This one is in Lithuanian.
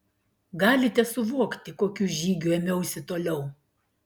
galite suvokti kokių žygių ėmiausi toliau